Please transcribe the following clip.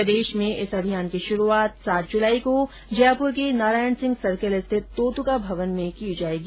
प्रदेश में इस अभियान की शुरूआत सात जुलाई को जयपुर के नारायणसिंह सर्किल स्थित तोत्रका भवन में की जायेगी